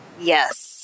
Yes